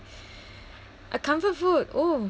a comfort food oo